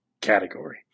category